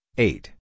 Eight